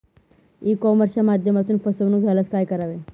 E कॉमर्सच्या माध्यमातून फसवणूक झाल्यास काय करावे?